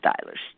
stylish